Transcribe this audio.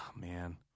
man